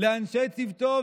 לאנשי צוותו,